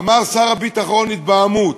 אמר שר הביטחון: התבהמות,